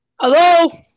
Hello